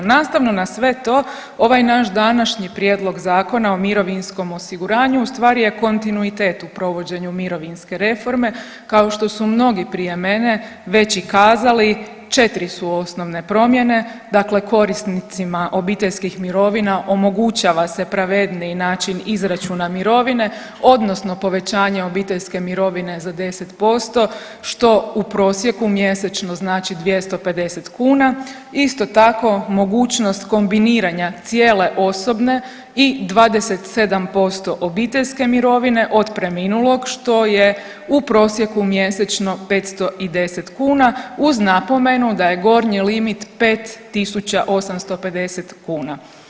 Nastavno na sve to, ovaj naš današnji Prijedlog Zakona o mirovinskom osiguranju ustvari je kontinuitet u provođenju mirovinske reforme, kao što su mnogi prije mene već i kazali, 4 su osnovne promjene, dakle korisnicima obiteljskih mirovina omogućava se pravedniji način izračuna mirovine, odnosno povećanje obiteljske mirovine za 10%, što u prosjeku mjesečno znači 250 kuna, isto tako mogućnost kombiniranja cijele osobne i 27% obiteljske mirovine od preminulog, što je u prosjeku mjesečno 510 kuna uz napomenu da je gornji limit 5850 kuna.